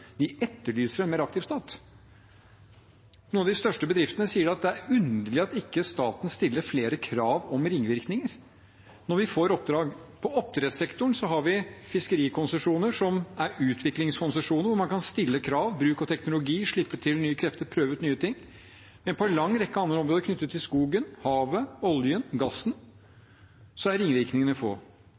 etterlyser en mer aktiv stat. Noen av de største bedriftene sier at det er underlig at staten ikke stiller flere krav om ringvirkninger når man får oppdrag. I oppdrettssektoren har vi fiskerikonsesjoner som er utviklingskonsesjoner hvor man kan stille krav om bruk av ny teknologi, slippe til nye krefter, prøve ut nye ting. Men på en lang rekke andre områder, knyttet til skogen, havet, oljen, gassen, er ringvirkningene få.